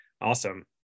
Awesome